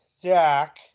Zach